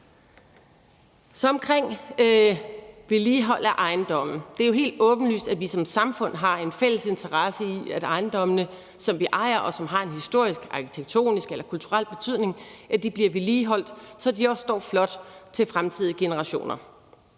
det omkring vedligehold af ejendomme. Det er jo helt åbenlyst, at vi som samfund har en fælles interesse i, at ejendommene, som vi ejer, og som har en historisk, arkitektonisk eller kulturel betydning, bliver vedligeholdt, så de også står flot til fremtidige generationer.